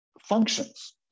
functions